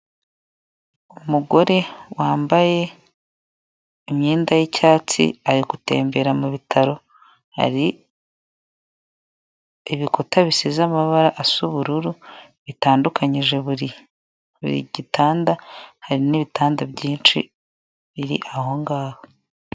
Umugore wambaye imyenda y'icyatsi ari gutembera mu bitaro hari ibikuta bisize amabara asa ubururu bitandukanyije burigitanda hari nibitanda byinshi biri ahongaho.